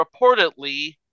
reportedly